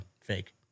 fake